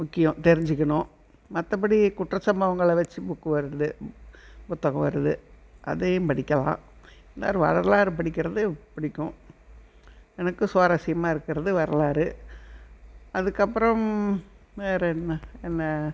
முக்கியம் தெரிஞ்சுக்கிணும் மற்றபடி குற்ற சம்பவங்களை வச்சு புக்கு வருது புத்தகம் வருது அதையும் படிக்கலாம் இருந்தாலும் வரலாறு படிக்கிறது பிடிக்கும் எனக்கு சுவாரஸ்யமாக இருக்கிறது வரலாறு அதுக்கப்புறம் வேறு என்ன என்ன